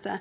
sjukehustenester.